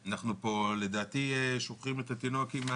לדעתי אנחנו שופכים פה את